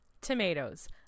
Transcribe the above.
Tomatoes